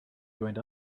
joined